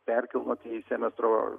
perkilnoti į semestro